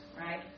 right